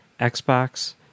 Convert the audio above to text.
Xbox